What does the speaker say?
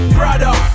brother